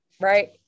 right